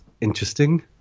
interesting